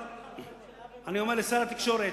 אומר לשר התקשורת,